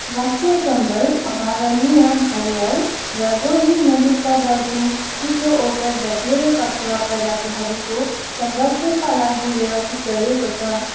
राष्ट्रिय चम्बल अभयारण्य घडियाल र गोही नदीका डल्फिन चिप्लो ओटर र धेरै कछुवा प्रजातिहरूको संरक्षणका लागि व्यवस्थित गरिएको छ